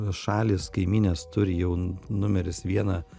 šalys kaimynės turi jau numeris vieną